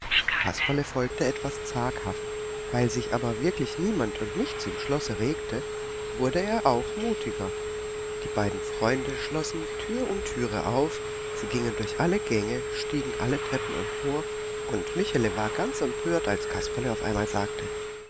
kasperle folgte etwas zaghaft weil sich aber wirklich niemand und nichts im schlosse regte wurde er auch mutiger die beiden freunde schlossen tür um türe auf sie gingen durch alle gänge stiegen alle treppen empor und michele war ganz empört als kasperle auf einmal sagte